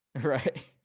Right